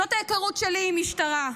זאת ההיכרות שלי עם משטרה.